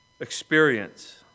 experience